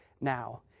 now